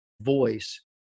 voice